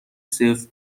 صفر